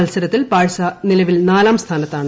മത്സരത്തിൽ ബാഴ്സ നിലവിൽ നാലാംസ്ഥാനത്താണ്